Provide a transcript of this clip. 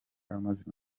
amaze